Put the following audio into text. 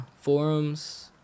forums